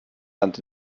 land